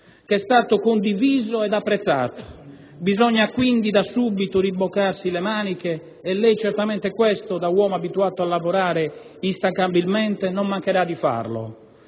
che è stato condiviso ed apprezzato. Bisogna quindi da subito rimboccarsi le maniche e lei certamente questo, da uomo abituato a lavorare instancabilmente, non mancherà di farlo,